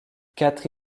quatre